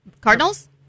Cardinals